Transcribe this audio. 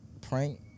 Prank